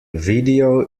video